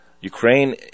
Ukraine